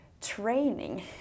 training